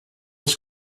als